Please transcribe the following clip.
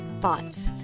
thoughts